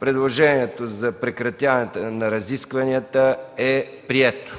Предложението за прекратяване на разискванията е прието.